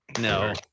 No